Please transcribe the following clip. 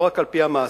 ולא רק על-פי המעשה.